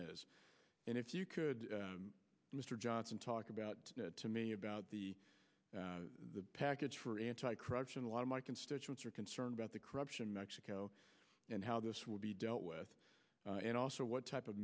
is and if you could mr johnson talk about to me about the package for anti corruption a lot of my constituents are concerned about the corruption mexico and how this will be dealt with and also what type of